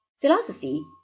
Philosophy